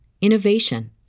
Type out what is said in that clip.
innovation